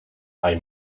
hay